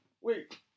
Wait